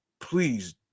please